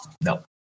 No